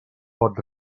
pot